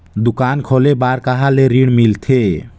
दुकान खोले बार कहा ले ऋण मिलथे?